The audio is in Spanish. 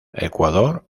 ecuador